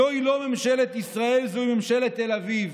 זוהי לא ממשלת ישראל, זוהי ממשלת תל אביב,